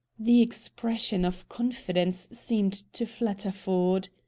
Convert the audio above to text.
the expression of confidence seemed to flatter ford.